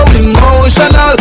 emotional